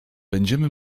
będziemy